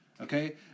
Okay